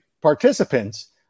participants